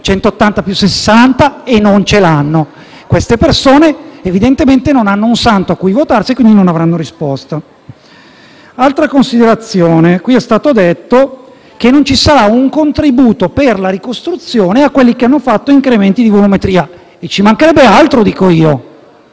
giorni e non ce l’hanno. Queste persone, evidentemente, non hanno un Santo a cui votarsi e quindi non avranno risposta. Inoltre, è stato detto che non ci sarà un contributo per la ricostruzione per coloro che hanno fatto incrementi di volumetria. Ci mancherebbe altro, dico io.